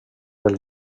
del